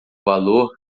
valor